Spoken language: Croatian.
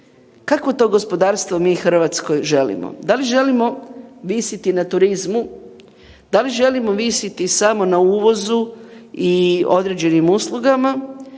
kakvo to gospodarstvo mi Hrvatskoj želimo, da li želimo visiti na turizmu, da li želimo visiti samo na uvozu i određenim uslugama